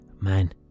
Man